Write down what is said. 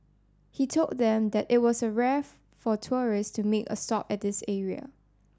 he told them that it was a rare for tourists to make a stop at this area